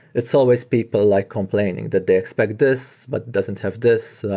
it's always people like complaining that they expect this, but doesn't have this.